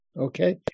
Okay